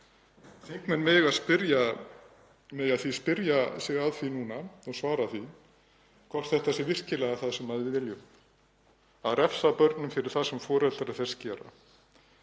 Þingmenn mega því spyrja sig að því núna og svara því hvort þetta sé virkilega það sem við viljum; að refsa börnum fyrir það sem foreldrar þeirra gera,